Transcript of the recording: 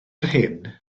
hyn